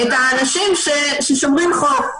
את האנשים ששומרים חוק.